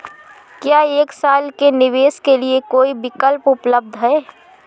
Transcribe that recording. क्या एक साल के निवेश के लिए कोई विकल्प उपलब्ध है?